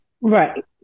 Right